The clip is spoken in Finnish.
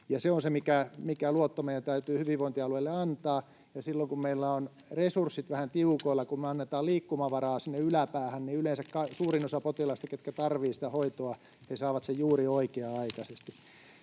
Se on se, mikä luotto meidän täytyy hyvinvointialueille antaa. Ja silloin kun meillä on resurssit vähän tiukoilla ja kun me annetaan liikkumavaraa sinne yläpäähän, niin yleensä suurin osa potilaista, jotka tarvitsevat sitä hoitoa, saa sen juuri oikea-aikaisesti.